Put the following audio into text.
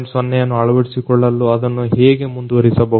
0 ಯನ್ನು ಅಳವಡಿಸಿಕೊಳ್ಳಲು ಅದನ್ನ ನಾವು ಹೇಗೆ ಮುಂದುವರೆಸಬಹುದು